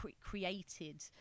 created